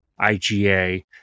IGA